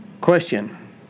question